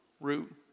route